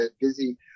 busy